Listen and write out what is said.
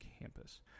campus